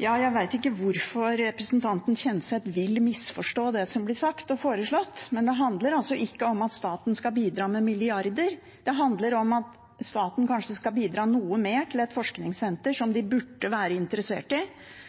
Jeg vet ikke hvorfor representanten Kjenseth vil misforstå det som blir sagt og foreslått, men det handler altså ikke om at staten skal bidra med milliarder. Det handler om at staten kanskje skal bidra noe mer til et forskningssenter, som de burde være interessert i,